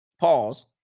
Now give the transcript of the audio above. Pause